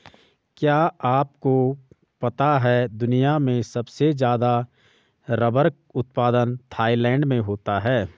क्या आपको पता है दुनिया में सबसे ज़्यादा रबर उत्पादन थाईलैंड में होता है?